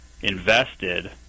invested